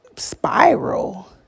spiral